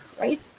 right